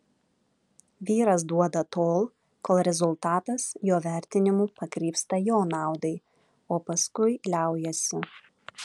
vyras duoda tol kol rezultatas jo vertinimu pakrypsta jo naudai o paskui liaujasi